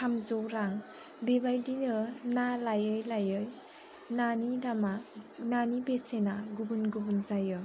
थामजौ रां बेबायदिनो ना लायै लायै नानि दामा नानि बेसेना गुबुन गुबुन जायो